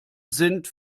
sind